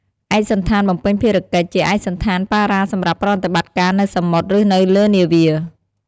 ឯកសណ្ឋានបំពេញភារកិច្ច ជាឯកសណ្ឋានប៉ារ៉ាសម្រាប់ប្រតិបត្តិការនៅសមុទ្រ ឬនៅលើនាវា។